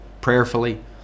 prayerfully